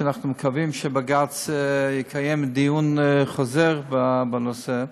שאנחנו מקווים שבג"ץ יקיים דיון חוזר בנושא,